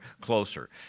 closer